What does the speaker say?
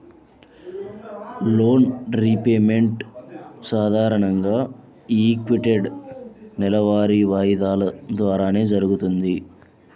loan repayment సాధారణంగా equated నెలవారీ వాయిదాల ద్వారానే జరుగుతది